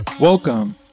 Welcome